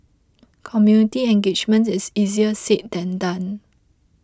community engagement is easier said than done